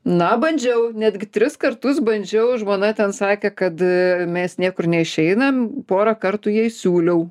na bandžiau netgi tris kartus bandžiau žmona ten sakė kad mes niekur neišeinam porą kartų jai siūliau